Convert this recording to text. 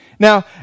Now